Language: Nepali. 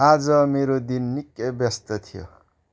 आज मेरो दिन निकै व्यस्त थियो